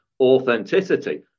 authenticity